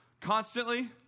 constantly